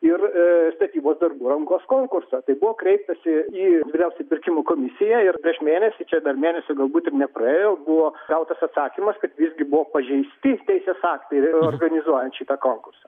ir statybos darbų rangos konkursą tai buvo kreiptasi į vyriausią pirkimų komisiją ir prieš mėnesį čia per mėnesį galbūt tikrai buvo gautas atsakymas kad visgi buvo pažeisti teisės aktai ir organizuojant šitą konkursą